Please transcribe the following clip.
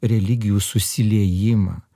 religijų susiliejimą